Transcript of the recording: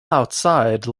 outside